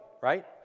right